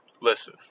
Listen